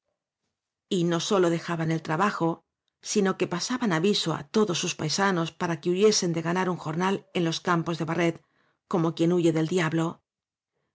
no sólo dejaban el trabajo sino que pa saban aviso á todos sus paisanos para que huyesen de ganar un jornal en los campos de baimet como quien huye del diablo